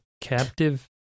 Captive